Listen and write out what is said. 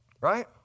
Right